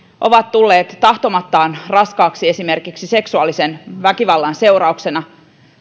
ovat tulleet tahtomattaan raskaaksi esimerkiksi seksuaalisen väkivallan seurauksena